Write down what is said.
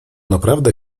naprawdę